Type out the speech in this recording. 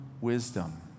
wisdom